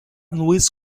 luis